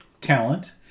talent